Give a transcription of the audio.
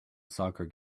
soccer